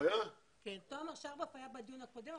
הוא היה בדיון הקודם,